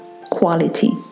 quality